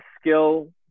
skill